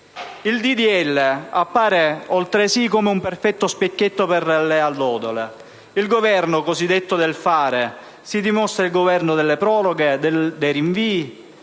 legge appare altresì come un perfetto specchietto per le allodole: il Governo cosiddetto del fare si dimostra il Governo delle proroghe, dei rinvii,